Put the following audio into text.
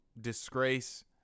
disgrace